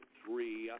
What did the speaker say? three